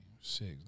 six